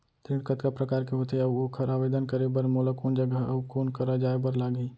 ऋण कतका प्रकार के होथे अऊ ओखर आवेदन करे बर मोला कोन जगह अऊ कोन करा जाए बर लागही?